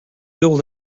build